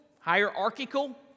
hierarchical